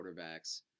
quarterbacks